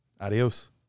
Adios